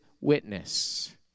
witness